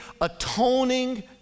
atoning